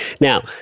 Now